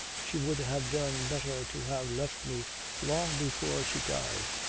she would have done better to have left me long before she died.